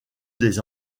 des